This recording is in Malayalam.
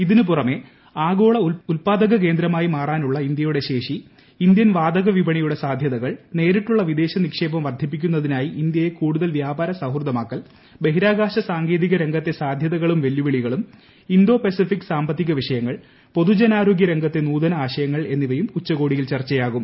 ഇതിനുപുറമേ ആഗോള ഉത്പാദക കേന്ദ്രമായി മാറാനുള്ള ഇന്ത്യയുടെ ശേഷി ഇന്ത്യൻ വാതക വിപണിയുടെ സാധൃതകൾ നേരിട്ടുള്ള വിദേശ നിക്ഷേപം വർദ്ധിപ്പിക്കുന്നതിനായി ഇന്ത്യയെ കൂടുതൽ വ്യാപാര സൌഹൃദം ആക്കൽ ബ്ലഹിരാകാശ സാങ്കേതിക രംഗത്തെ സാധ്യതകളും വെല്ലുവിളികളൂർ ഇൻഡോ പസഫിക് സാമ്പത്തിക വിഷയങ്ങൾ പൊതുജന്റാ്റ്റ്റോഗ്യ രംഗത്തെ നൂതന ആശയങ്ങൾ എന്നിവയും ഉച്ചക്ട്ട്ട്ടിയിൽ ചർച്ചയാകും